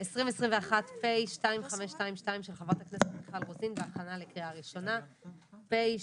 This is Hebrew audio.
2021 של חברת הכנסת מיכל רוזין בהכנה לקריאה ראשונה פ/2522/24.